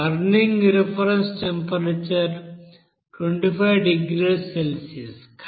burning reference temperature 25 డిగ్రీల Celsius